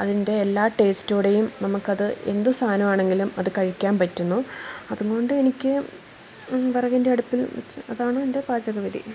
അതിൻ്റെ എല്ലാ ടെസ്റ്റോടെയും നമുക്ക് അത് എന്ത് സാധനം ആണെങ്കിലും അത് കഴിക്കാൻ പറ്റുന്നു അതുകൊണ്ട് എനിക്ക് വിറകിൻ്റെ അടുപ്പിൽ വെച്ച് അതാണെൻ്റെ പാചകവിധി